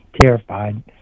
terrified